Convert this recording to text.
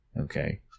Okay